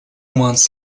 months